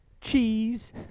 cheese